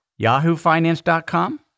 yahoofinance.com